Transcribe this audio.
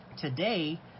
Today